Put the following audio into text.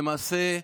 למעשה,